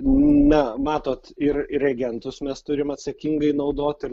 na matot ir reagentus mes turim atsakingai naudot ir